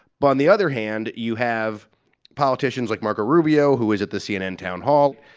but on the other hand, you have politicians like marco rubio, who was at the cnn town hall,